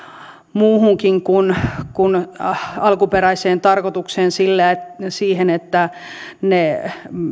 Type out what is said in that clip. muuhunkin kuin alkuperäiseen tarkoitukseen eli siihen että ne